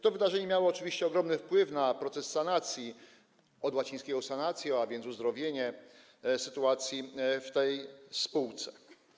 To wydarzenie miało oczywiście ogromny wpływ na proces sanacji - od łacińskiego: sanatio, a więc uzdrowienie - sytuacji w tej spółce.